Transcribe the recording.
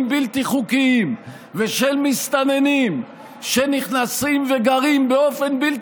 בלתי חוקיים ושל מסתננים שנכנסים וגרים באופן בלתי